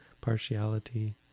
partiality